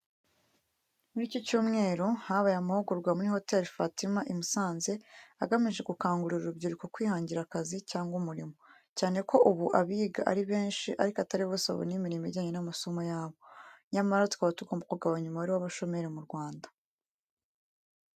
Muri iki cyumweru, habaye amahugurwa muri Hoteli Fatima i Musanze agamije gukangurira urubyiruko kwihangira akazi cyangwa umurimo, cyane ko ubu abiga ari benshi ariko atari bose babona imirimo ijyanye n’amasomo yabo. Nyamara, tukaba tugomba kugabanya umubare w’abashomeri mu Rwanda.